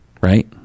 right